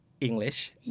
English